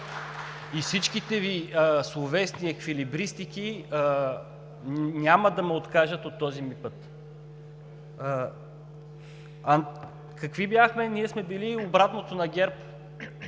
И всичките Ви словесни еквилибристики няма ме откажат от този ми път! Какви бяхме? Ние сме били обратното на ГЕРБ.